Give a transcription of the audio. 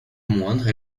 moindre